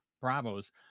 Bravo's